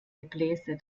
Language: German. gebläse